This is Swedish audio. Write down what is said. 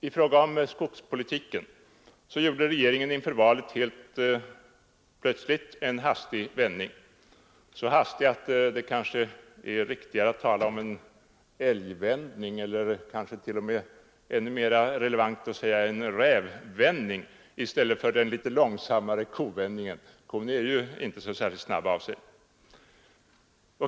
I fråga om skogspolitiken gjorde regeringen inför valet helt plötsligt en hastig vändning, så hastig att det kanske är riktigare att tala om en älgvändning, eller kanske är det ännu mer relevant att tala om rävvändning i stället för den litet långsammare kovändningen; kon är ju inte särskilt snabb av sig.